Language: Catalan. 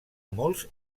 molts